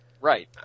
Right